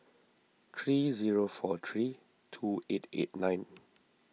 three zero four three two eight eight nine